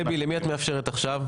דבי, למי את מאפשרת עכשיו?